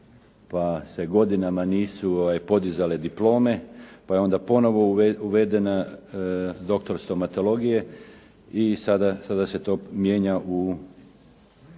pa se godinama nisu podizale diplome, pa je onda ponovno uvedeno doktor stomatologije i sada se to mijenja u